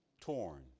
torn